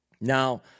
Now